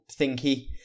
thinky